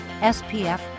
SPF